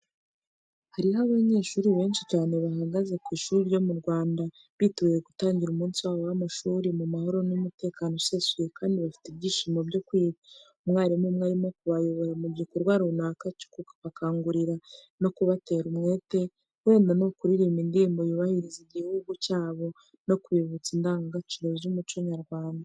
Hariho abanyeshuri benshi cyane bahagaze ku ishuri ryo mu Rwanda, biteguye gutangira umunsi wabo w'amashuri mu mahoro n'umutekano usesuye kandi bafite ibyishimo byo kwiga. Umwarimu umwe arimo kubayobora mu gikorwa runaka cyo kubakangura no kubatera umwete, wenda ni ukuririmba indirimbo yubahiriza igihugu cyabo no kubibutsa indangagaciro z'umuco nyarwanda.